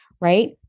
right